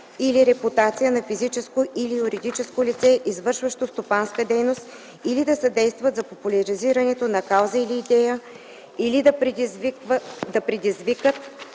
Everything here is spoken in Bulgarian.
или репутация на физическо или юридическо лице, извършващо стопанска дейност, или да съдействат за популяризирането на кауза или идея, или да предизвикат